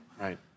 Right